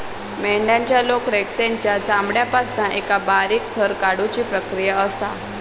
मेंढ्यांच्या लोकरेक तेंच्या चामड्यापासना एका बारीक थर काढुची प्रक्रिया असा